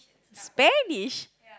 Spanish